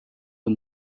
who